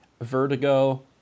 Vertigo